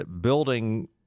building